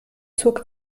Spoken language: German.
zog